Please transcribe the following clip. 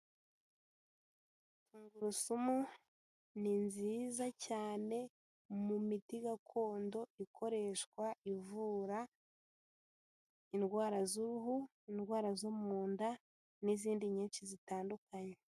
Tungurusumu ni nziza cyane mu miti gakondo ikoreshwa ivura indwara z'uruhu, indwara zo mu nda n'izindi nyinshi zitandukanye.